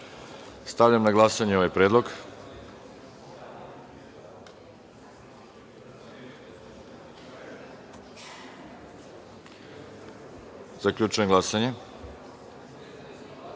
(Ne.)Stavljam na glasanje ovaj predlog. Zaključujem glasanje